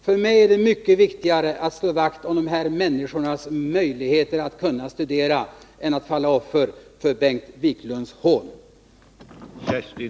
För mig är det mycket viktigare att slå vakt om människors möjligheter att studera än att falla undan för Bengt Wiklunds hån.